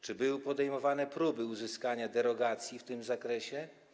Czy były podejmowane próby uzyskania derogacji w tym zakresie?